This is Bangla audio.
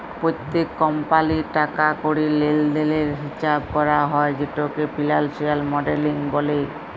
প্যত্তেক কমপালির টাকা কড়ির লেলদেলের হিচাব ক্যরা হ্যয় যেটকে ফিলালসিয়াল মডেলিং ব্যলে